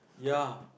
yeah